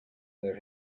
where